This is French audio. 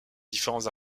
différents